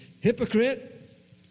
hypocrite